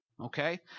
okay